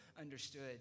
understood